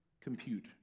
compute